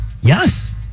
Yes